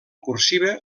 cursiva